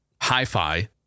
hi-fi